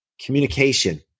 communication